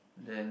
then